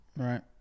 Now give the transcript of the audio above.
right